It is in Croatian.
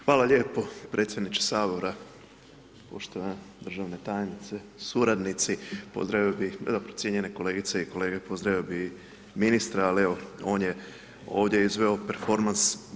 Hvala lijepo, predsjedniče sabora, poštovana državna tajnice, suradnici, pozdravio bih ma dobro cjenjene kolegice i kolege pozdravio bi ministra, al evo on je ovdje izveo perfomans.